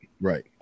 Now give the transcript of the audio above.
Right